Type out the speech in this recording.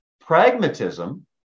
pragmatism